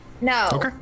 No